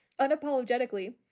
unapologetically